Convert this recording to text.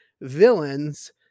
villains